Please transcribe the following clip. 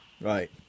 Right